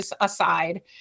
aside